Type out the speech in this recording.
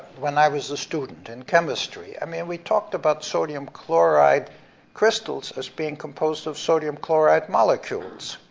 when i was a student in chemistry. i mean, we talked about sodium chloride crystals as being composed of sodium chloride molecules,